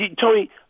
Tony